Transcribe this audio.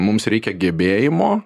mums reikia gebėjimo